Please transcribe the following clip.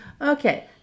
Okay